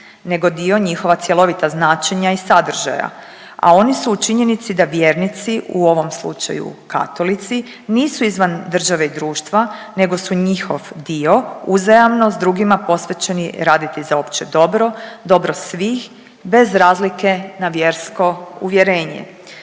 nego dio njihova cjelovita značenja i sadržaja, a oni su u činjenici da vjernici u ovom slučaju katolici, nisu izvan države i društva nego su njihov dio, uzajamno s drugima posvećeni raditi za opće dobro, dobro svih bez razlike na vjersko uvjerenje.